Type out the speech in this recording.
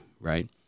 right